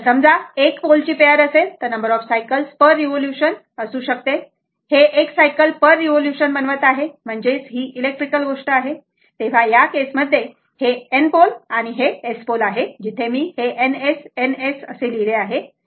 तर समजा 1 पोलची पेयर असेल तर हे number of cycles per revolution असू शकते हे 1 सायकल पर रिवोल्यूशन बनवत आहे म्हणजेच ही इलेक्ट्रिकल गोष्ट आहे तर या केस मध्ये या केसमध्ये म्हणून हे N पोल आणि S पोल जे इथे मी N S N S लिहिले आहे बरोबर